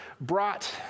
brought